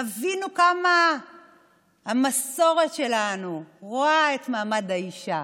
תבינו כמה המסורת שלנו רואה את מעמד האישה,